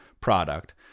product